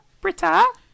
Britta